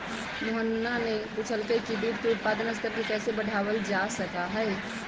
मोहना ने पूछा कई की दूध के उत्पादन स्तर के कैसे बढ़ावल जा सका हई?